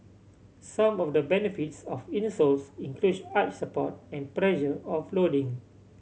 some of the benefits of insoles arch support and pressure offloading